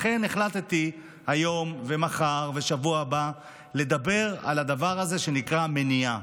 לכן החלטתי היום ומחר ובשבוע הבא לדבר על הדבר הזה שנקרא מניעה.